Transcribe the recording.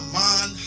man